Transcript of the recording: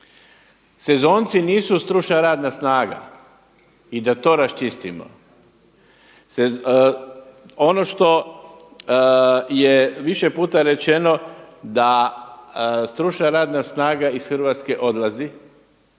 Sezonci nisu stručna radna snaga i da to raščistimo. Ono što je više puta rečeno da stručna radna snaga iz Hrvatske odlazi